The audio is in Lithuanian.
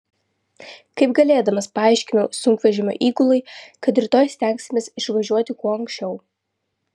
kaip galėdamas paaiškinau sunkvežimio įgulai kad rytoj stengsimės išvažiuoti kuo anksčiau